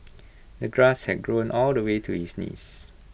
the grass had grown all the way to his knees